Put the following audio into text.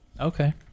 Okay